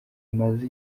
imaze